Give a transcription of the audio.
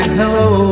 hello